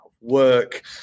work